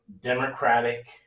Democratic